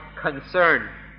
concern